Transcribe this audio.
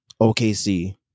OKC